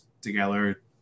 together